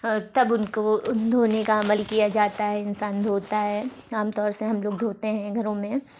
تب ان کو دھونے کا عمل کیا جاتا ہے انسان دھوتا ہے عام طور سے ہم لوگ دھوتے ہیں گھروں میں